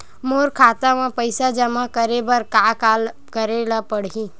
मोर खाता म पईसा जमा करे बर का का करे ल पड़हि?